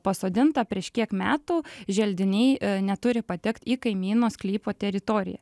pasodinta prieš kiek metų želdiniai neturi patekt į kaimyno sklypo teritoriją